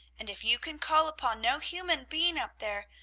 and if you can call upon no human being up there,